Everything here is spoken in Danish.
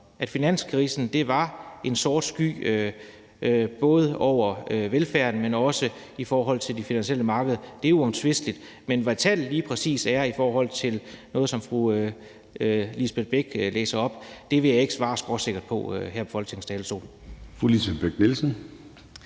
At finanskrisen var en sort sky, både i forhold til velfærden, men også i forhold til de finansielle markeder, er uomtvisteligt, men hvad tallet lige præcis er i forhold til noget, som fru Lisbeth Bech-Nielsen læser op, vil jeg ikke svare skråsikkert på her på Folketingets